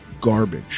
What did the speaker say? Garbage